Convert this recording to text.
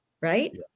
Right